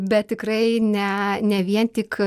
bet tikrai ne ne vien tik